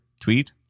Tweet